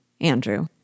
Andrew